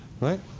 right